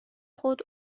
خود